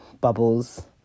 bubbles